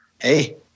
Hey